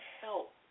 help